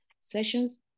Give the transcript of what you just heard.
sessions